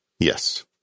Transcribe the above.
Yes